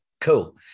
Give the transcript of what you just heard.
Cool